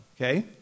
okay